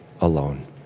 alone